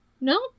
no